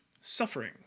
suffering